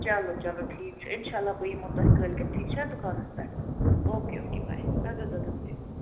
چلو چلو ٹھیٖک چھُ اِنشاء اللہ بہٕ یِمہو تۄہہِ کٲلکیٚتھ ٹھیٖک چھا دُکانَس پٮ۪ٹھ okay okay bye اَدٕ حظ اَدٕ حظ بِہیٛو